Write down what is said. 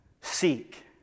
Seek